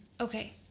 Okay